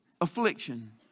Affliction